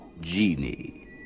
genie